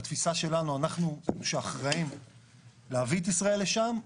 בתפיסה שלנו אנחנו אחראיים להביא את ישראל לשם,